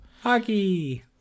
Hockey